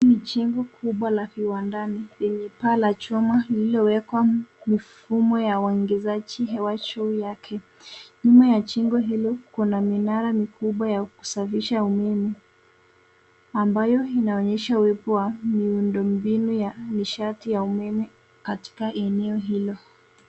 Ni jengo kubwa la viwandani lenye paa la chuma lililowekwa mifumo ya uingizaji hewa juu yake. Nyuma ya jengo hilo kuna minara mikubwa ya kusafirisha umeme ambayo inaonyesha uwepo wa miundombinu ya nishati ya umeme katika eneo hilo.